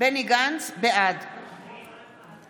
בעד